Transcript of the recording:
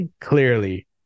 Clearly